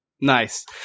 nice